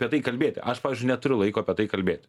apie tai kalbėti aš pavyzdžiui neturiu laiko apie tai kalbėti